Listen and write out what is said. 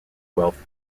twelfth